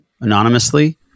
anonymously